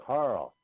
Carl